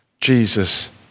Jesus